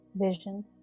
vision